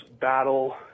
battle